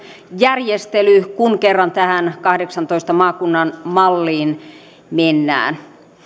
järjestely kun kerran tähän kahdeksantoista maakunnan malliin mennään